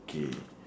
K